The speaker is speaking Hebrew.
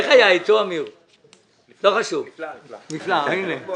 אני אומר את הדברים כמו שהם כי יש כאן סכנה גדולה ואני אומר